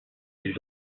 sus